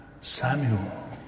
Samuel